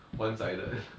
one sided